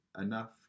enough